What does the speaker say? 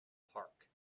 park